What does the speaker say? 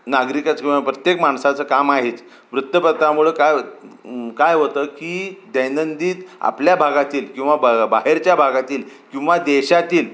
नागरिकाचं किंवा प्रत्येक माणसाचं काम आहेच वृत्तपत्रामुळं काय काय होतं की दैनंदिन आपल्या भागातील किंवा बा बाहेरच्या भागातील किंवा देशातील